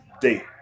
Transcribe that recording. date